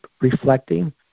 reflecting